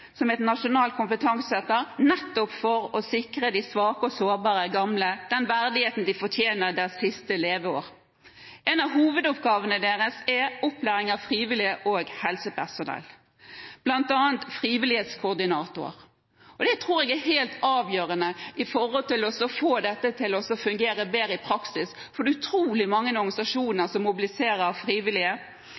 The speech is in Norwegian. som et nasjonalt kompetansesenter, nettopp for å sikre de svake og sårbare gamle den verdigheten de fortjener i sine siste leveår. En av hovedoppgavene deres er opplæring av frivillige og helsepersonell, bl.a. frivillighetskoordinatorer. Det tror jeg er helt avgjørende for å få dette til å fungere bedre i praksis, for det er utrolig mange organisasjoner som mobiliserer frivillige.